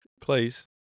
Please